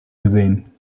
gesehen